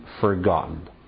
forgotten